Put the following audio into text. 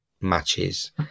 matches